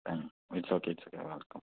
its okay its okay you welcome